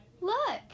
Look